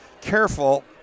careful